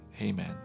Amen